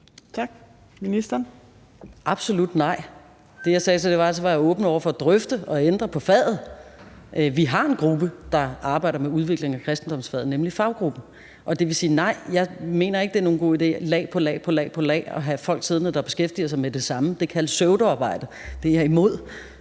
Rosenkrantz-Theil): Absolut nej. Det, jeg sagde, var, at så var jeg åben over for at drøfte det og ændre på faget. Vi har en gruppe, der arbejder med udviklingen af kristendomsfaget, nemlig faggruppen. Og det vil sige, at nej, jeg mener ikke, at det er nogen god idé med lag på lag på lag, altså at have folk siddende, der beskæftiger sig med det samme. Det kaldes pseudoarbejde. Det er jeg imod.